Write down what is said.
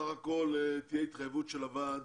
סך הכול תהיה התחייבות של הוועד